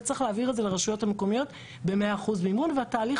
וצריך להעביר את זה לרשויות המקומיות ב-100% והתהליך